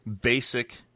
basic